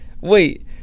wait